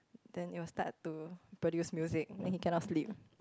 then it will start to produce music then he can not sleep